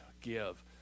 give